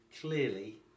clearly